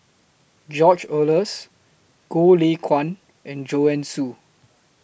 George Oehlers Goh Lay Kuan and Joanne Soo